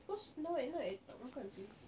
cause now at night I tak makan seh